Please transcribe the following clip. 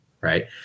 right